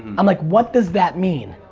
i'm like what does that mean?